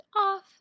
off